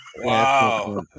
wow